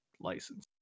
license